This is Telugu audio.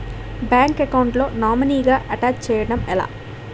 బ్యాంక్ అకౌంట్ లో నామినీగా అటాచ్ చేయడం ఎలా?